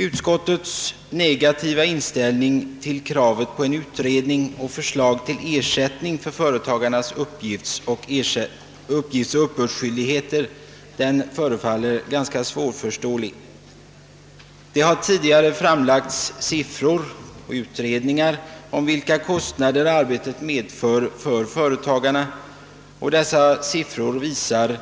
Utskottets negativa inställning till kravet på en utredning och förslag till ersättning för företagarnas uppgiftsoch uppbördsskyldigheter förefaller ganska svårförståelig. Det har tidigare framlagts siffror och utredningar om vilka kostnader arbetet medför för företagarna, och dessa siffror visar